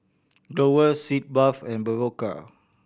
Growell Sitz Bath and Berocca